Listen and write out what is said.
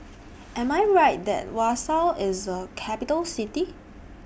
Am I Right that Warsaw IS A Capital City